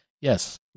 yes